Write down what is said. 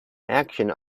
action